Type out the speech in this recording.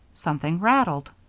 something rattled.